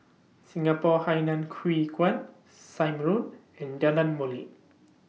Singapore Hainan Hwee Kuan Sime Road and Jalan Molek